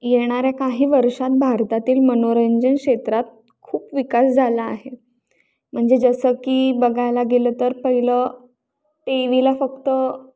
येणाऱ्या काही वर्षात भारतातील मनोरंजन क्षेत्रात खूप विकास झाला आहे म्हणजे जसं की बघायला गेलं तर पहिलं टीवीला फक्त